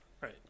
Right